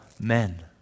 men